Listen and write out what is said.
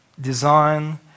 design